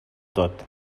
tot